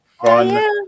fun